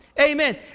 Amen